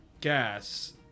gas